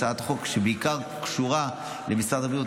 הצעת חוק שבעיקר קשורה למשרד הבריאות.